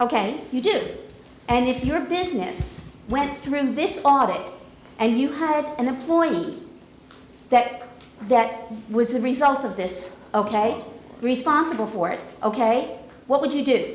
ok you did and if your business went through this audit and you hired an employee that that was a result of this ok responsible for it ok what would you do